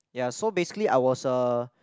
ya so basically I was a